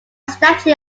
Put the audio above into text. statue